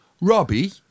Robbie